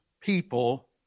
people